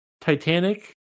Titanic